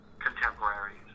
contemporaries